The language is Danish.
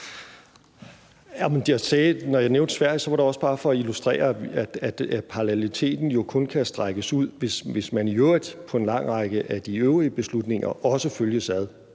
når jeg nævnte Sverige, var det også bare for at illustrere, at paralleliteten kun kan strækkes ud, hvis man i øvrigt i forhold til en lang række af de øvrige beslutninger også følges ad,